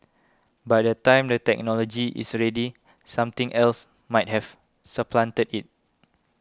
by the time the technology is ready something else might have supplanted it